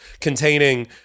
containing